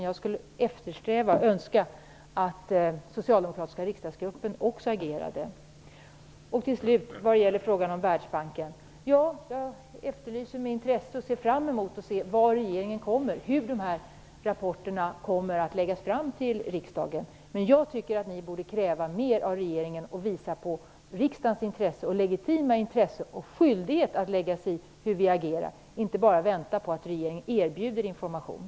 Jag önskar att den socialdemokratiska riksdagsgruppen också skulle agera. När det avslutningsvis gäller frågan om Världsbanken ser jag med intresse fram emot att se hur rapporterna från regeringen kommer att läggas fram för riksdagen. Jag tycker att ni borde kräva mer av regeringen och visa riksdagens legitima intresse och skyldighet att lägga sig i stället för att bara vänta på att regeringen erbjuder information.